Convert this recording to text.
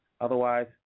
Otherwise